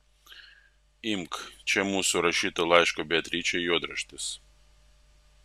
imk čia mūsų rašyto laiško beatričei juodraštis